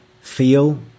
feel